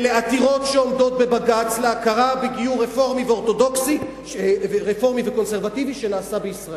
אלה עתירות שעומדות בבג"ץ להכרה בגיור רפורמי וקונסרבטיבי שנעשה בישראל,